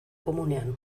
komunean